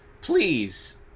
please